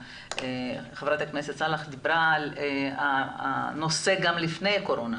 ח"כ סאלח דיברה על הנושא גם לפני הקורונה,